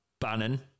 Bannon